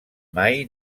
mai